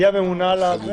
היא הממונה על זה?